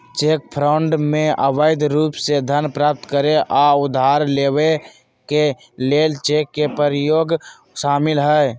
cheque fraud में अवैध रूप से धन प्राप्त करे आऽ उधार लेबऐ के लेल चेक के प्रयोग शामिल हइ